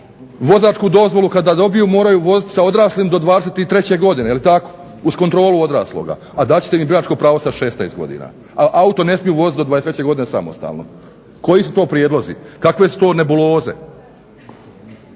Vozačku dozvolu kada dobiju moraju voziti sa odraslim do 23 godine uz kontrolu odrasloga, a dat ćete im biračko pravo sa 16 godina, a auto ne smiju voziti do 23 godine samostalno. Koji su to prijedlozi? Kakve su to nebuloze?